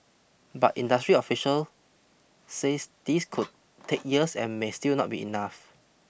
but industry official says this could take years and may still not be enough